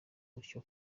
atyo